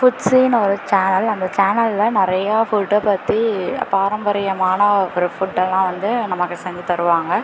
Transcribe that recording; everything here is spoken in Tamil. ஃபுட்ஸீனு ஒரு சேனல் அந்த சேனலில் நிறையா ஃபுட்டை பற்றி பாரம்பரியமான ஃப்ரி ஃபுட்டெல்லாம் வந்து நமக்கு செஞ்சித் தருவாங்க